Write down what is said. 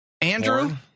Andrew